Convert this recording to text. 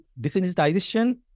desensitization